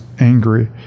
angry